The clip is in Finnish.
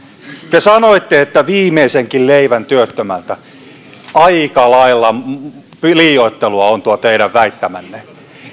te sanoitte että viimeisenkin leivän työttömältä aika lailla liioittelua on tuo teidän väittämänne